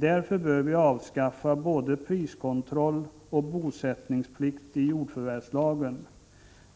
Därför bör vi avskaffa både priskontroll och bosättningsplikt i jordförvärvslagen.